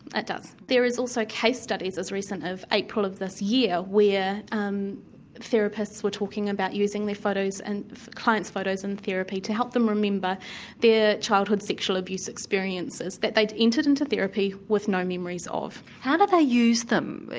it does. there is also case studies as recent of april of this year where um therapists were talking about using their photos and clients' photos in therapy to help them remember their childhood sexual-abuse experiences, that they'd entered into therapy with no memories of. how do they use them,